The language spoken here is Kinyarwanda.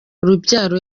urubyaro